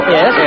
Yes